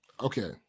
Okay